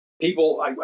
People